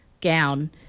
gown